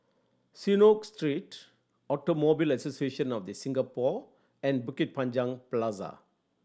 Synagogue Street Automobile Association of The Singapore and Bukit Panjang Plaza